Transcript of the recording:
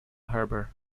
harbor